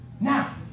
Now